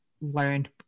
learned